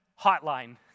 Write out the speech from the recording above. hotline